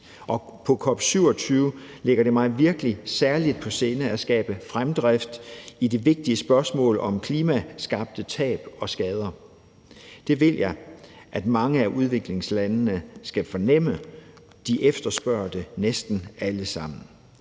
til COP27 lægger det mig virkelig på sinde at skabe fremdrift i forhold til det vigtige spørgsmål om klimaskabte tab og skader. Det vil jeg have at mange af udviklingslandene skal fornemme. De efterspørger det næsten alle sammen.